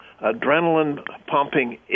adrenaline-pumping